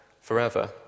forever